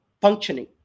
functioning